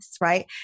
right